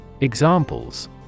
Examples